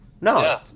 No